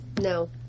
No